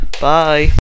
bye